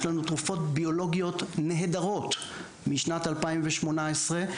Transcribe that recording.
יש לנו תרופות ביולוגיות נהדרות משנת 2018,